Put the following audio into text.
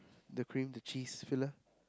the cream the cheese filler